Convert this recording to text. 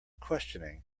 questioning